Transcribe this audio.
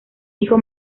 hijo